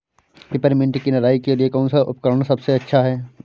Peppermint की निराई के लिए कौन सा उपकरण सबसे अच्छा है?